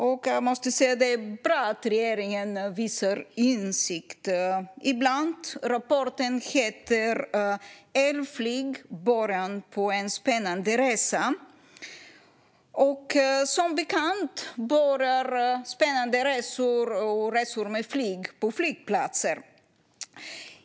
Jag måste säga att det är bra att regeringen visar insikt ibland. Rapporten heter Elflyg - början på en spännande resa - redovisning av ett regeringsuppdrag . Som bekant börjar spännande resor med flyg på flygplatser.